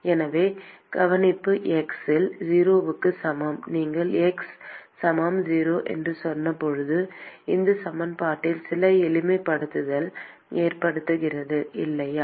எனவே கவனிப்பு x இல் 0 க்கு சமம் நீங்கள் x சமம் 0 என்று சொன்னபோது இந்த சமன்பாட்டில் சில எளிமைப்படுத்தல் ஏற்படுகிறது இல்லையா